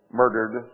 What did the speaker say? murdered